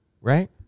right